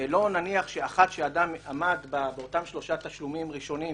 לא נניח שאחת שאדם עמד באותם שלושה תשלומים ראשונים,